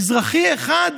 מזרחי אחד,